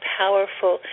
powerful